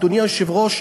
אדוני היושב-ראש,